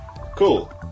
Cool